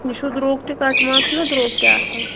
یہِ چھُ دروگ تہِ کٹہٕ ماز چھُ نا درٛوگ تہِ آسان